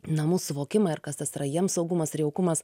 namų suvokimą ir kas tas yra jiem saugumas ir jaukumas